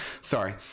Sorry